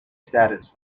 status